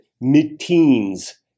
mid-teens